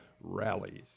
rallies